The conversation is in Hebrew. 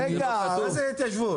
מה זה התיישבות?